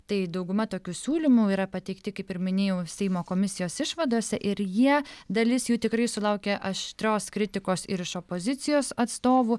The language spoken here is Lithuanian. tai dauguma tokių siūlymų yra pateikti kaip ir minėjau seimo komisijos išvadose ir jie dalis jų tikrai sulaukė aštrios kritikos ir iš opozicijos atstovų